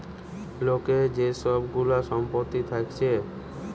লোকের যে সব গুলা সম্পত্তি থাকছে